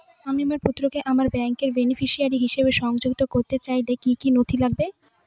আমি আমার পুত্রকে আমার ব্যাংকের বেনিফিসিয়ারি হিসেবে সংযুক্ত করতে চাইলে কি কী নথি লাগবে?